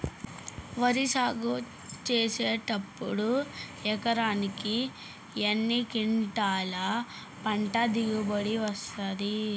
వరి సాగు చేసినప్పుడు ఎకరాకు ఎన్ని క్వింటాలు పంట దిగుబడి వస్తది?